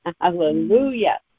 hallelujah